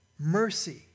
Mercy